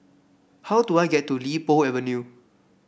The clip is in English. how do I get to Li Po Avenue